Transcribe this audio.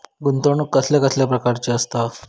गुंतवणूक कसल्या कसल्या प्रकाराची असता?